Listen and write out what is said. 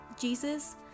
Jesus